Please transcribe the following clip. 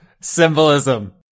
Symbolism